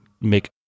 make